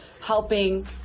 helping